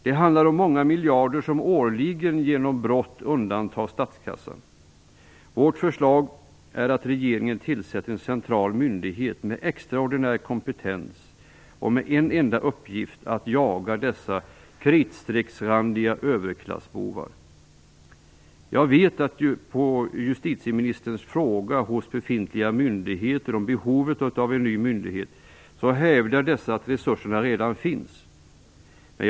Det handlar om många miljarder som årligen genom brott undantas statskassan. Vårt förslag är att regeringen tillsätter en central myndighet med extraordinär kompetens och med en enda uppgift, nämligen att jaga dessa kritstrecksrandiga överklassbovar. Jag vet att man från befintliga myndigheter på justitieministerns fråga om behovet av en ny myndighet hävdar att resurserna för detta redan finns.